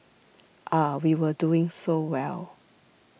ah we were doing so well